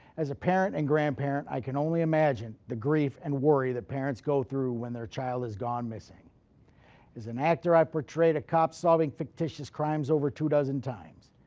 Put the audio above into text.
as a parent and grandparent i can only imagine the grief and worry that parents go through when their child is gone missing is. as an actor i portrayed a cop solving fictitious crimes over two dozen times.